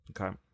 Okay